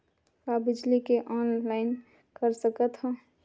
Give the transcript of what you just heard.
का बिजली के ऑनलाइन कर सकत हव?